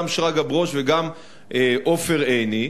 גם שרגא ברוש וגם עופר עיני,